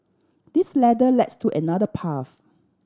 this ladder leads to another path